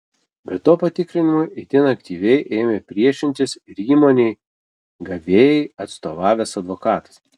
be to patikrinimui itin aktyviai ėmė priešintis ir įmonei gavėjai atstovavęs advokatas